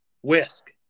whisk